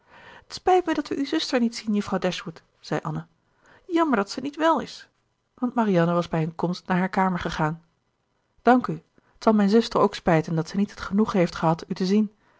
t spijt mij dat we uw zuster niet zien juffrouw dashwood zei anne jammer dat ze niet wel is want marianne was bij hun komst naar haar kamer gegaan dank u t zal mijn zuster ook spijten dat ze niet t genoegen heeft gehad u te zien